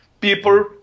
People